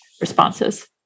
responses